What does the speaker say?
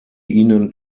ihnen